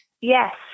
Yes